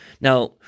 Now